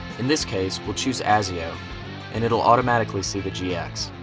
in this case, we'll choose asio and it will automatically see the gx.